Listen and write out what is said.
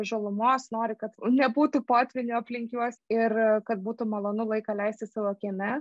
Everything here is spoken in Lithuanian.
žalumos nori kad nebūtų potvynių aplink juos ir kad būtų malonu laiką leisti savo kieme